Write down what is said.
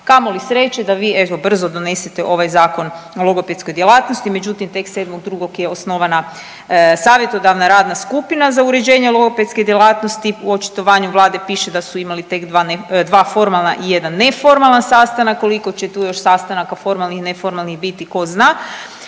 Kamoli sreće da vi evo brzo donesete ovaj Zakon o logopedskoj djelatnosti, međutim tek 7.2. je osnovana Savjetodavna radna skupina za uređenje logopedske djelatnosti. U očitovanju Vlade piše da su imali tek dva formalna i jedan neformalan sastanak, koliko će tu još sastanaka formalnih, neformalnih biti ko zna,